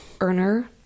earner